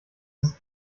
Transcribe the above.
ist